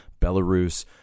Belarus